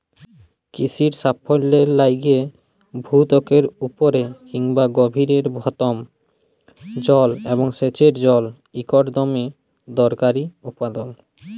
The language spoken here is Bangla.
কিসির সাফল্যের লাইগে ভূত্বকের উপরে কিংবা গভীরের ভওম জল এবং সেঁচের জল ইকট দমে দরকারি উপাদাল